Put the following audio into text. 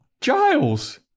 Giles